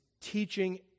teaching